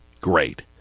Great